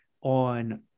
on